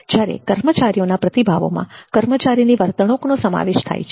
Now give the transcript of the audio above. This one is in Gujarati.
જ્યારે કર્મચારીઓના પ્રતિભાવોમાં કર્મચારીની વર્તણૂકનો સમાવેશ થાય છે